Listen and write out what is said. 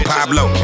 Pablo